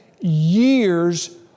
years